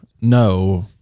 No